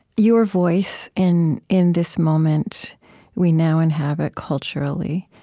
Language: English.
your voice in in this moment we now inhabit culturally.